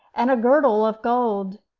and a girdle of gold.